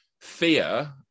fear